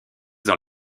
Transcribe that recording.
dans